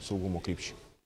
saugumo krypčiai